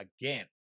again